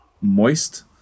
Moist